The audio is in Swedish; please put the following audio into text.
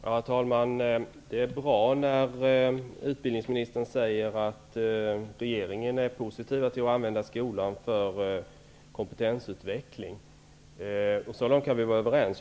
Herr talman! Det är bra att utbildningsministern säger att regeringen är positiv till att använda skolan för kompetensutveckling. Så långt kan vi vara överens.